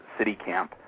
CityCamp